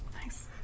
Nice